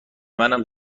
منم